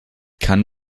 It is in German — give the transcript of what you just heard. kann